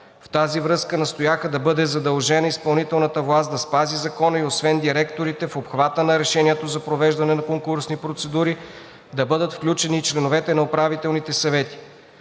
В тази връзка настояха да бъде задължена изпълнителната власт да спази закона и освен директорите в обхвата на решението за провеждане на конкурсни процедури да бъдат включени и членовете на управителните съвети.